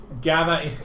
gather